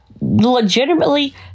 legitimately